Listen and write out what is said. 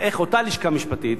לעשות משאל בנשיאות.